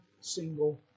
single